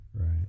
Right